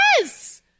Yes